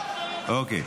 אוקיי.